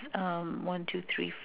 uh one two three f~